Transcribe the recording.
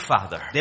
Father